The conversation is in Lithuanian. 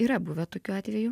yra buvę tokių atvejų